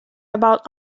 about